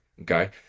okay